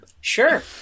Sure